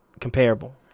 comparable